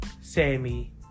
Sammy